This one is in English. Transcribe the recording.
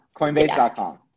coinbase.com